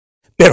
pero